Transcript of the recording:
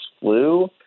flu